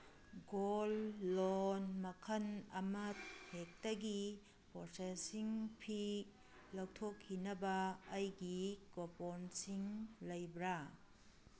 goal loan ꯃꯈꯟ ꯑꯃ ꯍꯦꯛꯇꯒꯤ ꯄ꯭ꯔꯣꯁꯦꯁꯤꯡ ꯐꯤ ꯂꯧꯊꯣꯛꯈꯤꯅꯕ ꯑꯩꯒꯤ ꯀꯣꯄꯣꯟꯁꯤꯡ ꯂꯩꯕ꯭ꯔꯥ